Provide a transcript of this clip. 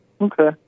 Okay